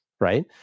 Right